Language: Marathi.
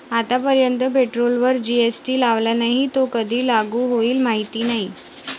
आतापर्यंत पेट्रोलवर जी.एस.टी लावला नाही, तो कधी लागू होईल माहीत नाही